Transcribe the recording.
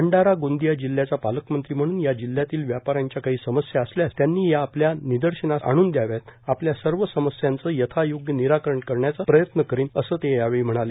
भंडारा गोंदिया जिल्ह्याचा पालकमंत्री म्हणून या जिल्ह्यातील व्यापाऱ्यांच्या काही समस्या असल्यास त्यांनी त्या आपल्या निदर्शनास आणून द्याव्यात आपल्या सर्व समस्यांचं यथायोग्य निराकरण करण्याचा प्रयत्न करीनए असं ते म्हणाले